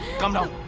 calm down.